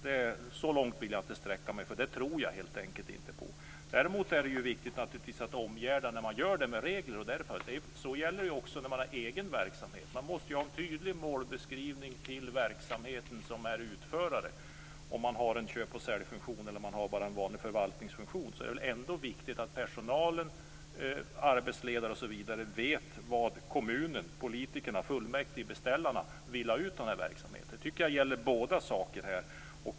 Det tror jag helt enkelt inte på. Däremot är det viktigt att man omgärdar det med regler när man gör det. Det gäller också när man har egen verksamhet. Man måste ha en tydlig målbeskrivning för den som är utförare av verksamheten. Om man har en köp-och-sälj-funktion eller en vanlig förvaltningsfunktion är det ändå viktigt att personalen, arbetsledare, osv. vet vad kommunen, politikerna, fullmäktige, beställarna vill ha ut av verksamheten. Det tycker jag gäller båda sidor.